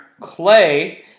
Clay